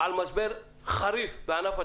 במשבר חריף בענף התיירות,